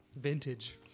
Vintage